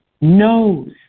knows